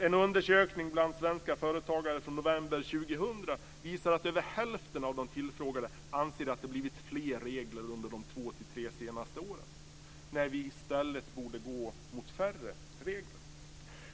En undersökning bland svenska företagare från november 2000 visar att över hälften av de tillfrågade anser att det har blivit fler regler under de två-tre senaste åren; detta när vi i stället borde gå mot färre regler.